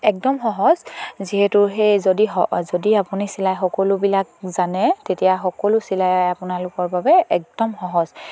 একদম সহজ যিহেতু সেই যদি যদি আপুনি চিলাই সকলোবিলাক জানে তেতিয়া সকলো চিলাই আপোনালোকৰ বাবে একদম সহজ